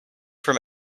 from